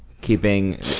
keeping